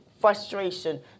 frustration